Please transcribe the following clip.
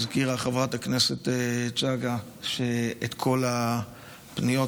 הזכירה חברת הכנסת צגה את כל הפניות,